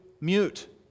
mute